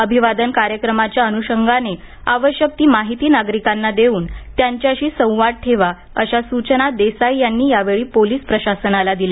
अभिवादन कार्यक्रमाच्या अन्षंगाने आवश्यक ती माहिती नागरिकांना देऊन त्यांच्याशी संवाद ठेवा अशा सूचना देसाई यांनी यावेळी पोलीस प्रशासनाला दिल्या